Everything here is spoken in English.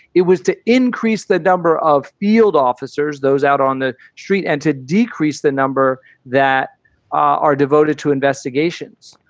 it was to increase the number of field officers, those out on the street and to decrease the number that are devoted to investigations.